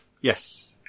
yes